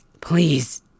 please